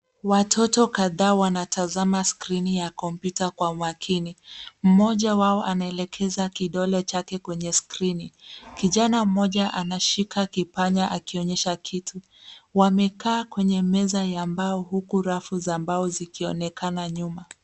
Watoto kadhaa wanatazama skrini ya kompyuta kwa makini. Mmoja wao anaelekeza kidole chake kwenye skrini. Kijana mmoja anashika kipanya akionyesha kitu. Wamekaa kwenye meza ya mbao huku rafu za mbao zikionekana nyuma.